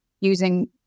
using